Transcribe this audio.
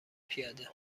پیاده